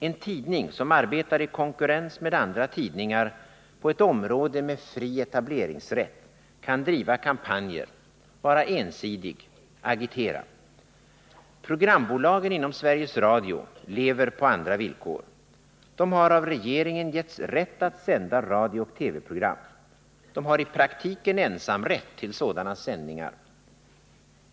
En tidning som arbetar i konkurrens med andra tidningar på ett Nr 102 område med fri etableringsrätt kan driva kampanjer, vara ensidig, agitera. Programbolagen inom Sveriges Radio lever på andra villkor. De har av regeringen getts rätt att sända radiooch TV-program. De har i praktiken ensamrätt till sådana sändningar.